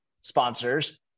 sponsors